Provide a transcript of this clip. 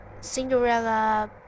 Cinderella